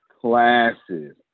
classes